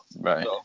Right